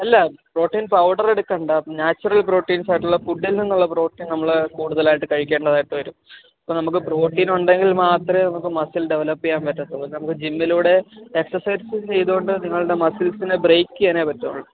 അല്ല protein powder എടുക്കണ്ട natural പ്രോട്ടീൻസായിട്ടുള്ള ഫുഡിൽ നിന്നുള്ള പ്രോട്ടീൻ നമ്മൾ കൂടുതലായിട്ട് കഴിക്കേണ്ടതായിട്ട് വരും അപ്പം നമുക്ക് പ്രോട്ടീൻ ഉണ്ടെങ്കിൽ മാത്രമേ നമുക്ക് മസിൽ ഡെവലപ്പ് ചെയ്യാൻ പറ്റത്തുള്ളു നമുക്ക് ജിമ്മിലൂടെ എക്സർസൈസ് ചെയ്തോണ്ട് നിങ്ങളുടെ മസിൽസിനെ ബ്രേക്ക് ചെയ്യാനെ പറ്റുള്ളു